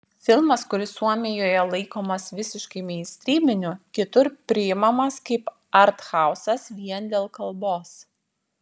filmas kuris suomijoje laikomas visiškai meinstryminiu kitur priimamas kaip arthausas vien dėl kalbos